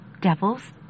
Devil's